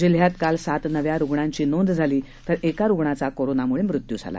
जिल्ह्यात काल सात नव्या रुग्णांचीही नोंद झाली तर एका रुग्णाचा कोरोनामुळे मृत्यू झाला